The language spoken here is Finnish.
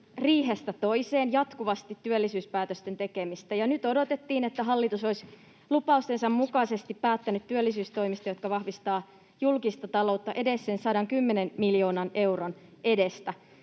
riihestä toiseen jatkuvasti työllisyyspäätösten tekemistä, ja nyt odotettiin, että hallitus olisi lupaustensa mukaisesti päättänyt työllisyystoimista, jotka vahvistavat julkista taloutta edes sen 110 miljoonan euron edestä.